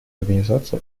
организацию